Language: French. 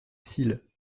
cils